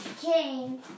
King